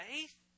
faith